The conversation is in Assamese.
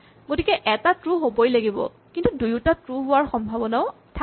গতিকে এটা ট্ৰো হ'বই লাগিব কিন্তু দুয়োটা ট্ৰো হোৱাৰ সম্ভাৱনাও থাকে